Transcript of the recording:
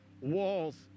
walls